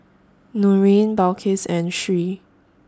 Nurin Balqis and Sri